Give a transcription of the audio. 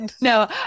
No